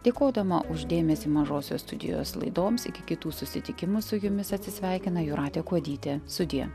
dėkodama už dėmesį mažosios studijos laidoms iki kitų susitikimų su jumis atsisveikina jūratė kuodytė sudie